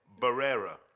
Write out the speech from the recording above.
Barrera